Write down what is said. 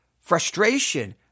frustration